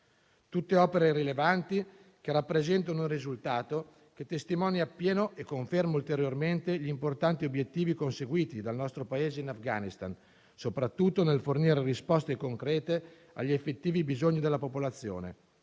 tutte opere rilevanti, che rappresentano un risultato, che testimonia appieno e conferma ulteriormente gli importanti obiettivi conseguiti dal nostro Paese in Afghanistan, soprattutto nel fornire risposte concrete agli effettivi bisogni della popolazione,